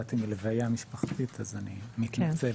באתי מלוויה משפחתית אז אני מתנצל.